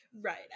Right